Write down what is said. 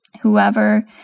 whoever